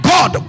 God